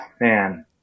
man